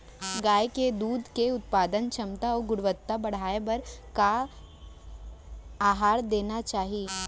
गाय के दूध के उत्पादन क्षमता अऊ गुणवत्ता बढ़ाये बर का आहार देना चाही?